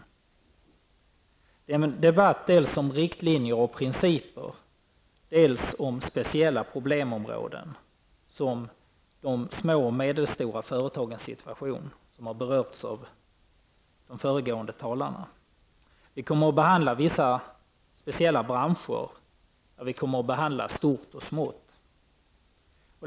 Det är en debatt dels om riktlinjer och principer, dels om speciella problemområden, såsom de små och medelstora företagens situation, vilken berördes av de föregående talarna. Vi kommer att behandla vissa, speciella branscher och små och stora frågor.